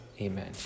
Amen